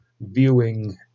viewing